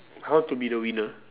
how to be the winner